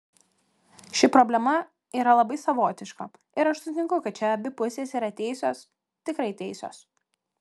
ši problema yra labai savotiška ir aš sutinku kad čia abi pusės yra teisios tikrai teisios